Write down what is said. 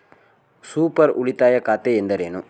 Super ಉಳಿತಾಯ ಖಾತೆ ಎಂದರೇನು?